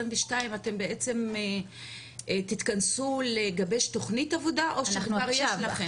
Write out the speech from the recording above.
אתם בעצם תתכנסו לגבש תכנית עבודה או שכבר יש לכם?